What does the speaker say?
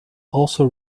also